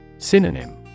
Synonym